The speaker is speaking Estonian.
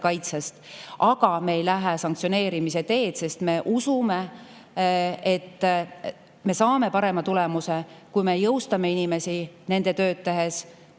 Aga me ei lähe sanktsioneerimise teed, sest me usume, et me saame parema tulemuse, kui me jõustame inimesi nende töös, aitame